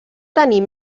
tenir